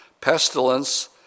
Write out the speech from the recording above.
pestilence